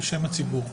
בשם הציבור.